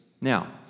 Now